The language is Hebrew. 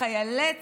לחיילי צה"ל,